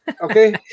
Okay